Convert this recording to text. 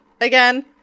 again